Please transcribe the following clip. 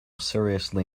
seriously